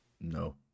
No